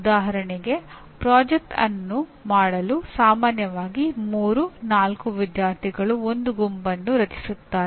ಉದಾಹರಣೆಗೆ ಪ್ರಾಜೆಕ್ಟ್ ಅನ್ನು ಮಾಡಲು ಸಾಮಾನ್ಯವಾಗಿ 3 4 ವಿದ್ಯಾರ್ಥಿಗಳು ಒಂದು ಗುಂಪನ್ನು ರಚಿಸುತ್ತಾರೆ